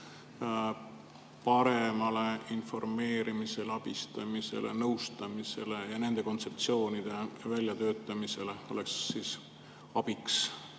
paremale informeerimisele, abistamisele, nõustamisele ja nende kontseptsioonide väljatöötamisele, mis oleks abiks